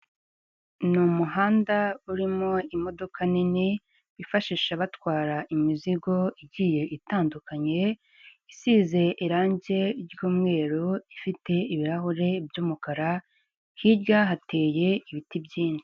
Ni umuhanda urimo imodoka nini bifashisha batwara imizigo igiye itandukanye, isize irangi ry'umweru ifite ibirahure by'umukara hirya hateye ibiti byinshi.